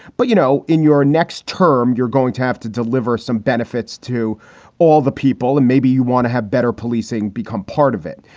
but, you know, in your next term, you're going to have to deliver some benefits to all the people and maybe you want to have better policing become part of it.